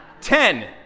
Ten